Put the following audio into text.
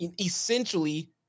essentially